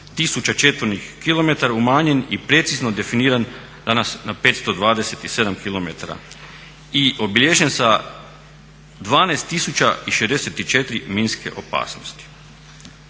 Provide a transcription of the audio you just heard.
13000 četvornih km umanjen i precizno definiran danas na 527 km i obilježen sa 12064 minske opasnosti.